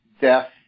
death